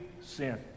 sin